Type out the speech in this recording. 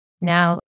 now